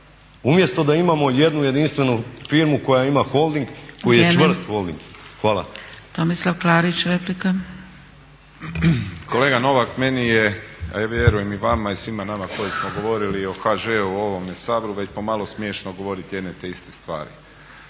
Umjesto da imamo jednu jedinstvenu firmu koja ima holding koji je čvrst holding. Hvala. **Zgrebec, Dragica (SDP)** Tomislav Klarić, replika. **Klarić, Tomislav (HDZ)** Kolega Novak, meni je a vjerujem i vama i svima nama koji smo govorili o HŽ-u u ovome Saboru već pomalo smiješno govoriti jedno te iste stvari.